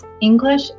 English